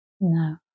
No